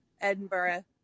Edinburgh